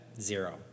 Zero